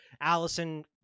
allison